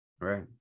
Right